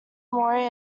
mori